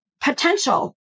potential